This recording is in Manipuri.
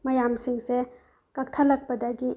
ꯃꯌꯥꯝꯁꯤꯡꯁꯦ ꯀꯛꯊꯠꯂꯛꯄꯗꯒꯤ